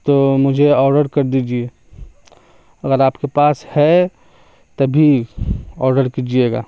تو مجھے آڈر کر دیجیے اگر آپ کے پاس ہے تبھی آڈر کیجیے گا